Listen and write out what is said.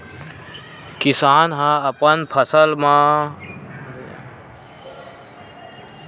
किसान ह अपन फसल ल मिंज के बेच भांज डारथे तभे ओखर कमई ह दिखउल देथे